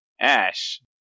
Ash